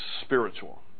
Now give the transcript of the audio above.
spiritual